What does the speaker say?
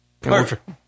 Perfect